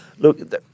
Look